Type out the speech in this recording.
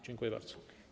Dziękuję bardzo.